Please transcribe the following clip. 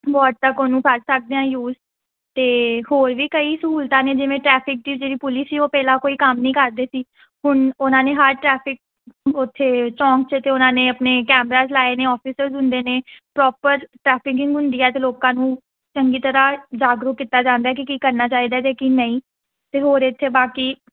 what ਤੱਕ ਉਹਨੂੰ ਕਰ ਸਕਦੇ ਹਾਂ ਯੂਸ ਅਤੇ ਹੋਰ ਵੀ ਕਈ ਸਹੂਲਤਾਂ ਨੇ ਜਿਵੇਂ ਟ੍ਰੈਫਿਕ ਦੀ ਜਿਹੜੀ ਪੁਲਿਸ ਸੀ ਉਹ ਪਹਿਲਾਂ ਕੋਈ ਕੰਮ ਨਹੀਂ ਕਰਦੇ ਸੀ ਹੁਣ ਉਹਨਾਂ ਨੇ ਹਰ ਟ੍ਰੈਫਿਕ ਉੱਥੇ ਚੌਂਕ 'ਚ ਅਤੇ ਉਹਨਾਂ ਨੇ ਆਪਣੇ ਕੈਮਰਾਜ ਲਾਏ ਨੇ ਔਫਿਸਰਜ਼ ਹੁੰਦੇ ਨੇ ਪ੍ਰੋਪਰ ਟ੍ਰੈਫਿਕਿੰਗ ਹੁੰਦੀ ਹੈ ਅਤੇ ਲੋਕਾਂ ਨੂੰ ਚੰਗੀ ਤਰ੍ਹਾਂ ਜਾਗਰੂਕ ਕੀਤਾ ਜਾਂਦਾ ਹੈ ਕੀ ਕੀ ਕਰਨਾ ਚਾਹੀਦਾ ਹੈ ਅਤੇ ਕੀ ਨਹੀਂ ਅਤੇ ਹੋਰ ਇੱਥੇ ਬਾਕੀ